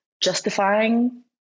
justifying